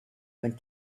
went